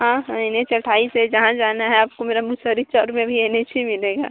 हाँ N H अट्ठाईस है जहाँ जाना है आपको मेरा मुसहरी चौर में भी एन एच ही मिलेगा